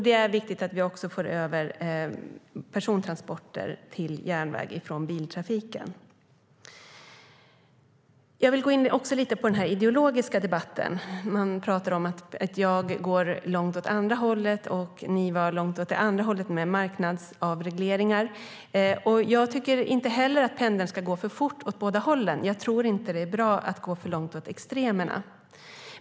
Det är viktigt att vi också får över persontransporter till järnväg från biltrafiken. Jag vill också gå in lite på den ideologiska debatten. Man pratar om att jag går långt åt ena hållet och andra långt åt det andra med marknadsavregleringar. Jag tycker inte heller att pendeln ska gå för fort åt båda hållen. Jag tror inte att det är bra att gå för långt åt extremerna.